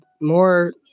more